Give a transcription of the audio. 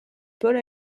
pôle